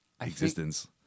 existence